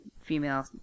female